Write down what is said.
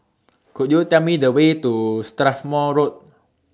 Could YOU Tell Me The Way to Strathmore Road